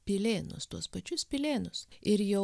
pilėnus tuos pačius pilėnus ir jau